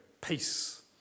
Peace